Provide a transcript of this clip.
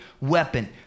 weapon